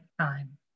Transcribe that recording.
time